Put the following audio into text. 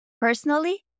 Personally